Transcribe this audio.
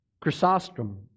Chrysostom